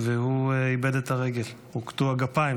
והוא איבד את הרגל, הוא קטוע גפיים.